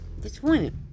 disappointed